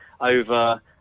over